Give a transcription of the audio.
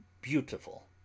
beautiful